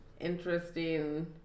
interesting